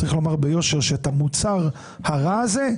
צריך לומר ביושר שאת המוצר הרע הזה